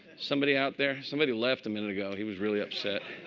somebody out there? somebody left a minute ago. he was really upset.